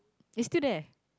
they still there